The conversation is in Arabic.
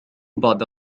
بعد